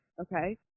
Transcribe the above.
okay